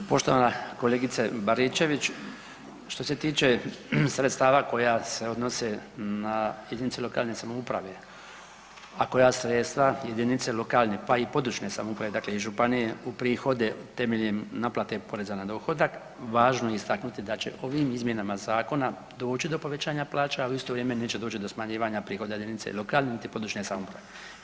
Poštovana kolegice Baričević, što se tiče sredstava koja se odnose na jedinice lokalne samouprave, a koja sredstva jedinice lokalne pa i područne samouprave dakle i županije uprihode temeljem naplate poreza na dohodak važno je istaknuti da će ovim izmjenama zakona doći do povećanja plaća, a u isto vrijeme neće doći do smanjivanja prihoda jedinica lokalne niti područne samouprave.